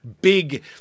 big